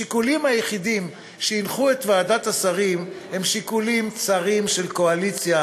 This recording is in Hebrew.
השיקולים היחידים שהנחו את ועדת השרים הם שיקולים צרים של קואליציה